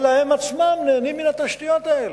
אלא הם עצמם נהנים מן התשתיות האלה.